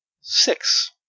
six